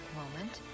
moment